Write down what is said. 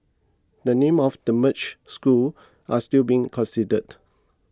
the names of the merged schools are still being considered